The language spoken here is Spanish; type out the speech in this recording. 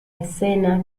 escena